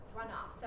runoff